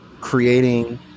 creating